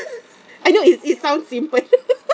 I know it it sounds simple